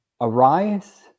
arise